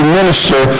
minister